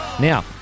Now